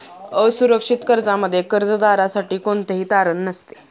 असुरक्षित कर्जामध्ये कर्जदारासाठी कोणतेही तारण नसते